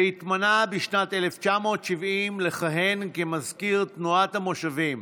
והתמנה בשנת 1970 לכהן כמזכיר תנועת המושבים,